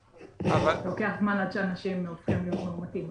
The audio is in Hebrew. לוקח זמן עד שאנשים הופכים להיות מאומתים.